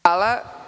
Hvala.